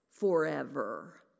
forever